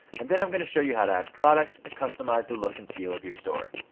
and then i'm going to show you how to add products, and customize the look and feel of your store.